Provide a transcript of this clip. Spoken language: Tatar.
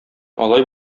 алай